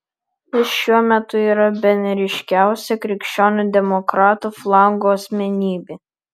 jis šiuo metu yra bene ryškiausia krikščionių demokratų flango asmenybė